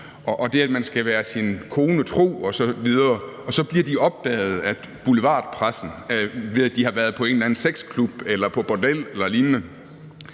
og det, at man skal være sin kone tro osv., og så bliver det opdaget af boulevardpressen, at de har været i en eller anden sexklub eller på bordel eller lignende,